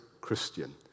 Christian